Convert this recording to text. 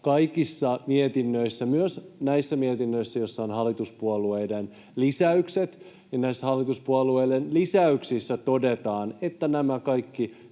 kaikissa mietinnöissä, myös näissä mietinnöissä, joissa on hallituspuolueiden lisäykset, näissä hallituspuolueiden lisäyksissä todetaan, että nämä kaikki